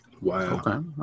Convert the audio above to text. Wow